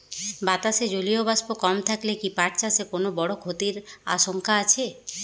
বাতাসে জলীয় বাষ্প কম থাকলে কি পাট চাষে কোনো বড় ক্ষতির আশঙ্কা আছে?